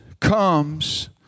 comes